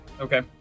Okay